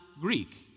Greek